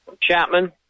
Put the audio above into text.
Chapman